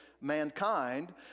mankind